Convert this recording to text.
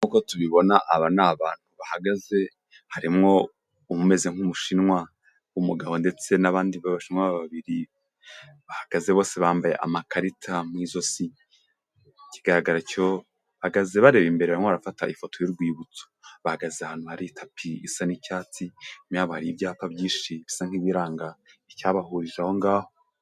Nk'uko tubibona, aba ni abantu bahagaze, harimwo umeze nk'umushinwa, w'umugabo ndetse n'abandi b'abashinwa babiri, bahagaze bose bambaye amakarita mu izosi, ikigaragara cyo bahagaze bareba imbere barimo barafata ifoto y'urwibutso, bahagaze ahantu hari itapi isa n'icyatsi, inyuma yabo hari ibyapa byinshi, bisa nk'ibiranga icyabahurije aho ngaho.